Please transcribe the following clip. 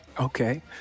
okay